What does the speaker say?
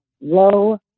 low